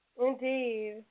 Indeed